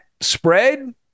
spread